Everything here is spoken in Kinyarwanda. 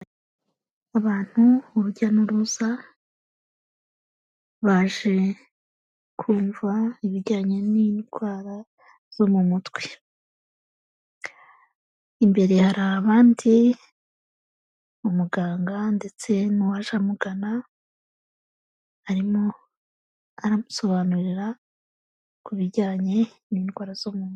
Abantu urujya n'uruza, baje kumva ibijyanye n'indwara zo mu mutwe, imbere hari abandi, umuganga ndetse n'uwaje amugana, arimo aramusobanurira ku bijyanye n'indwara zo mutwe.